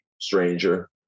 stranger